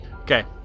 Okay